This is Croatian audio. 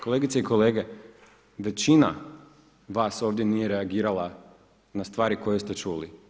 Kolegice i kolege, većina vas ovdje nije reagirala na stvari koje ste čuli.